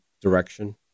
direction